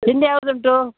ತಿಂಡಿ ಯಾವ್ದು ಉಂಟು